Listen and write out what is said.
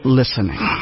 listening